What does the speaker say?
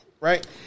Right